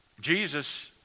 Jesus